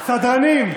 סדרנים,